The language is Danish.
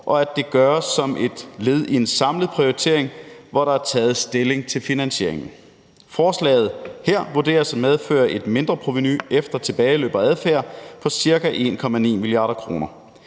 og at det gøres som et led i en samlet prioritering, hvor der er taget stilling til finansieringen. Forslaget her vurderes at medføre et mindreprovenu efter tilbageløb og adfærd på ca. 1,9 mia. kr..